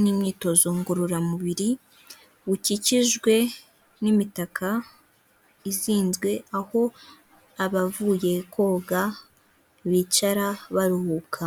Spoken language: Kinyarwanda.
n'imyitozo ngororamubiri bukikijwe n'imitaka izinzwe aho abavuye koga bicara baruhuka.